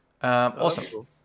Awesome